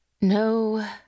No